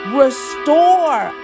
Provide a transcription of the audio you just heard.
restore